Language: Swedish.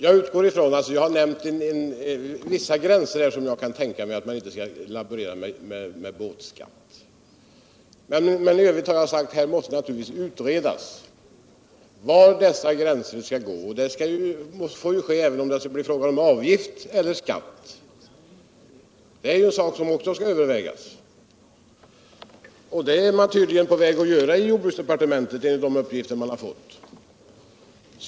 Herr talman! Jag kan tänka mig vissa gränser — några har ju nämnts här — under vilka man inte skall laborera med båtskatt. Men jag har sagt att det naturligtvis måste utredas var dessa gränser skall gå. Detsamma gäller frågan om huruvida vi skall ha avgift eller skatt. Också den saken måste övervägas, och det är man tydligen på väg att göra inom jordbruksdepartementet, enligt de uppgifter vi har fått.